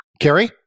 Kerry